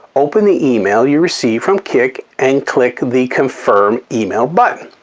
open the email you receive from kik and click the confirm email button.